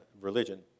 religion